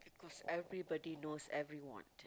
cause everybody knows everyone